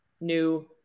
new